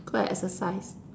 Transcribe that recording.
go and exercise